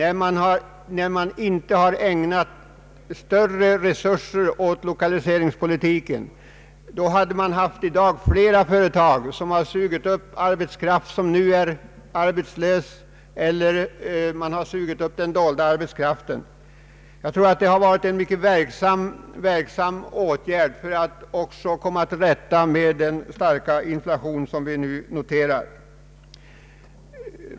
Om lokaliseringspolitiken ägnats större resurser hade det i dag funnits flera företag som hade sugit upp arbetskraft som nu är arbetslös och sugit upp den dolda arbetslösheten. Jag tror att lokaliseringsåtgärder också hade varit mycket verksamma för att komma till rätta med den starka inflation som vi nu noterar.